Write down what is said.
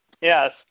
Yes